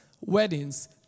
weddings